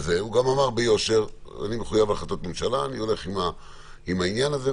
והוא אמר ביושר: אני מחויב להחלטות ממשלה ואני הולך עם הדבר הזה,